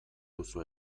duzu